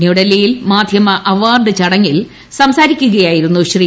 ന്യൂഡൽഹിയിൽ മാധ്യമ അവാർഡ് ചടങ്ങിൽ സംസാരിക്കുകയായിരുന്നു ശ്രീ